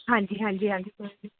ਹਾਂਜੀ ਹਾਂਜੀ ਹਾਂਜੀ